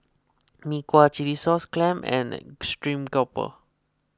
Mee Kuah Chilli Sauce Clams and Stream Grouper